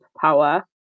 power